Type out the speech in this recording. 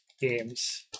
Games